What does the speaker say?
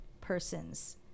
persons